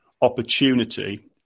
opportunity